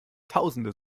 tausende